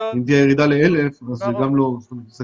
אם תהיה ירידה ל-1,000 זה גם לא אומר.